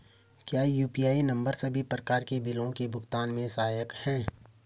क्या UPI number सभी प्रकार के बिलों के भुगतान में सहायक हैं?